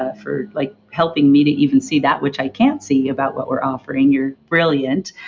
ah for like helping me to even see that which i can't see about what we're offering, you're brilliant,